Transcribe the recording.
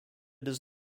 does